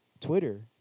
Twitter